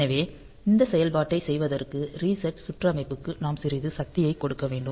எனவே இந்தச் செயல்பாட்டைச் செய்வதற்கு ரீசெட் சுற்றமைப்புக்கு நாம் சிறிது சக்தியைக் கொடுக்க வேண்டும்